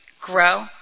grow